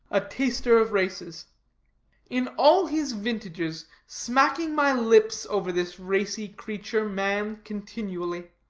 a taster of races in all his vintages, smacking my lips over this racy creature, man, continually.